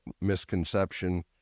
misconception